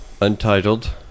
untitled